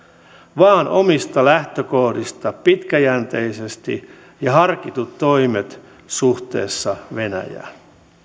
vaan omista lähtökohdista pitkäjänteisesti harkitut toimet suhteessa venäjään